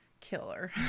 killer